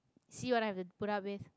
see what I have to put up with